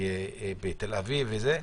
בתל-אביב וכו',